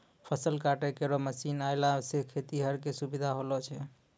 फसल काटै केरो मसीन आएला सें खेतिहर क सुबिधा होलो छै